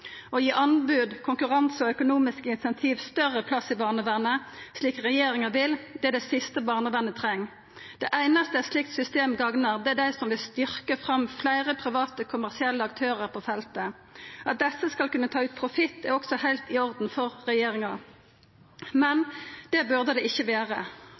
Å gi anbod, konkurranse og økonomiske incentiv større plass i barnevernet, slik regjeringa vil, er det siste barnevernet treng. Dei einaste eit slikt system gagnar, er dei som vil ha fram fleire private kommersielle aktørar på feltet. At desse skal ta ut profitt, er også heilt i orden for regjeringa. Det burde det ikkje